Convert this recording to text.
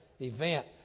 event